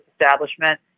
establishment